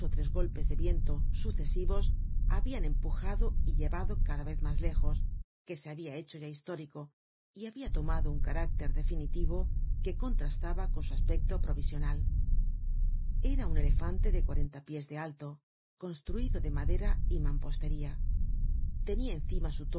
tres golpes de viento sucesivos habian empujado y llevado cada vez muy lejos que se habia hecho ya histórico y habia tomado un carácter definitivo que contrastaba con su aspecto provisional era un elefante de cuarenta pies de alto construido de madera y mampostería tenia encima